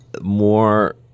more